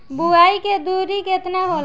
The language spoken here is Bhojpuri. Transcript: बुआई के दुरी केतना होला?